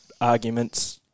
arguments